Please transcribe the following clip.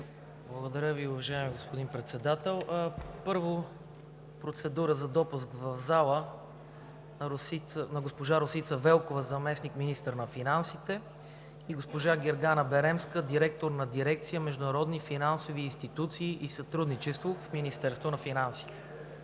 Благодаря Ви, уважаеми господин Председател. Първо, процедура за допуск в залата на госпожа Росица Велкова – заместник-министър на финансите, и на госпожа Гергана Беремска – директор на дирекция „Международни финансови институции и сътрудничество“ в Министерството на финансите.